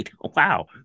Wow